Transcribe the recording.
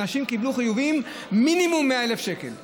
אנשים קיבלו חיובים של 100,000 שקל מינימום.